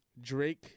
Drake